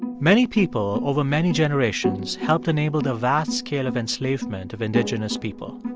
many people, over many generations, helped enable the vast scale of enslavement of indigenous people.